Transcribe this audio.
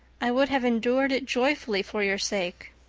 i would have endured it joyfully for your sake.